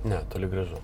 ne toli gražu